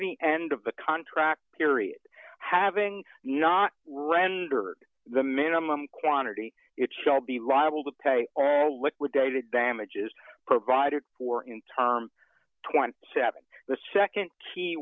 the end of the contract period having not rendered the minimum quantity it shall be liable to pay all liquidated damages provided for in term twenty seven the nd key